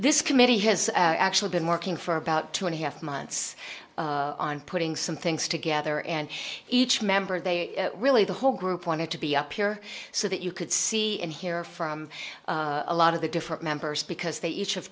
this committee has actually been working for about two and a half months on putting some things together and each member they really the whole group wanted to be up here so that you could see and hear from a lot of the different members because they each have